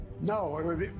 No